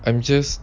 I'm just